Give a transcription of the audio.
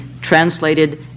translated